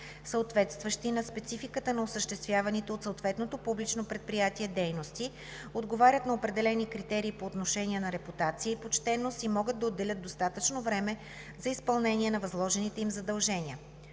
съответстващи на спецификата на осъществяваните от съответното публично предприятие дейности, отговарят на определени критерии по отношение на репутация и почтеност и могат да отделят достатъчно време за изпълнение на възложените им задължения.